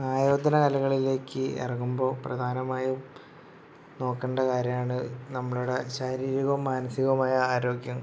ആയോധന കലകളിലേക്ക് ഇറങ്ങുമ്പോൾ പ്രധാനമായും നോക്കണ്ട കാര്യമാണ് നമ്മളുടെ ശാരീരികവും മാനസികവുമായ ആരോഗ്യം